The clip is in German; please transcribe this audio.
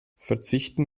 verzichten